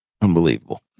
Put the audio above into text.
Unbelievable